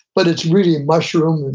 but it's really mushroomed.